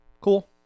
Cool